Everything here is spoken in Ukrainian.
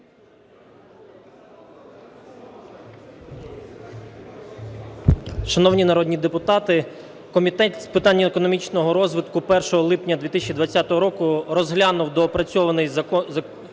Шановні народні депутати, Комітет з питань економічного розвитку 1 липня 2020 року розглянув доопрацьований проект